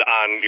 on